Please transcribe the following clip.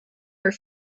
were